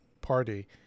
Party